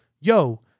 Yo